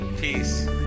peace